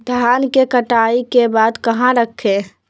धान के कटाई के बाद कहा रखें?